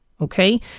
Okay